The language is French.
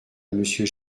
monsieur